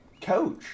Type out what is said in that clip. coach